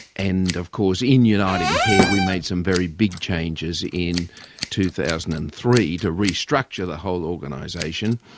and of course in unitingcare we made some very big changes in two thousand and three to restructure the whole organisation,